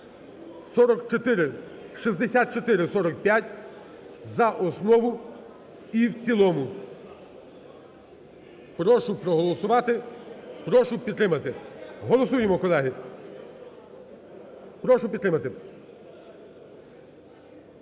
(6445) за основу і в цілому. Прошу проголосувати, прошу підтримати. Голосуємо, колеги! Прошу підтримати.